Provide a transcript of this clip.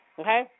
okay